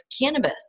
cannabis